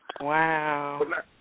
Wow